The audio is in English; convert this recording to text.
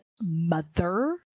mother